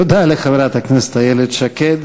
תודה לחברת הכנסת איילת שקד.